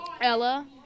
Ella